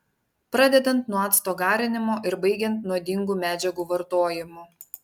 pradedant nuo acto garinimo ir baigiant nuodingų medžiagų vartojimu